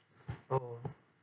oh oh